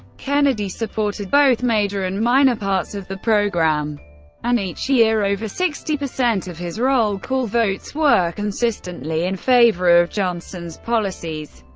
kennedy supported both major and minor parts of the program and each year, over sixty percent of his roll call votes were consistently in favor of johnson's policies.